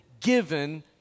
Given